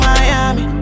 Miami